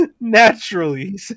naturally